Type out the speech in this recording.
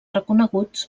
reconeguts